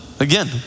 Again